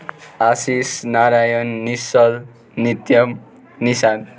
Ashish Narayan Nishchal Nityam Nishant